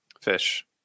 fish